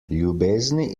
ljubezni